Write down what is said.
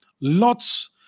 lots